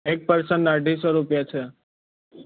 એક પર્સનના અઢીસો રૂપિયા છે